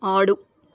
ఆడు